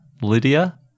Lydia